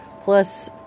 Plus